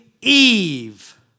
Eve